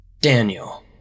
Daniel